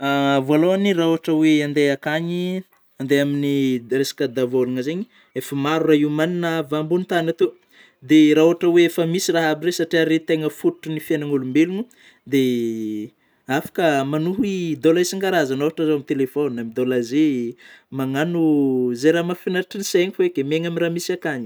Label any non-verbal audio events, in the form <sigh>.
<noise> <hesitation> vôalôhany raha ôhatry oe andeha akagny, andeha amin'ny d-resaka davôlagna zegny, efa maro raha hiomagnana avy ambonin'ny tany atoy de raha ôhatry oe efa misy raha aby reo satria reo tegna fototry ny fiaignan'ôlombelono, de afaka manohy dôla isan-karazagny ôhatry zao amin'ny tèlèphone ,midola jeux, magnano izay raha mahafinaritra ny saigny fô ake, miaigna amin'izay raha misy akany.